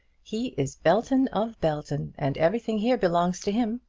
he is belton of belton, and everything here belongs to him.